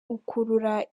ukurura